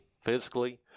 physically